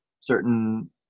certain